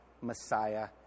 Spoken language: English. Messiah